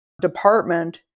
department